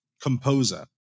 composer